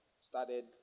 started